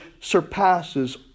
surpasses